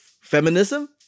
feminism